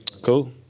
Cool